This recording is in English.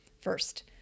First